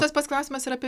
tas pats klausimas ir apie